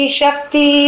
Shakti